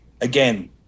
again